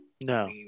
No